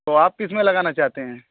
तो आप किस में लगाना चाहते हैं